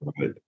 right